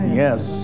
yes